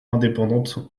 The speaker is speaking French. indépendante